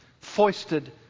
foisted